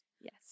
Yes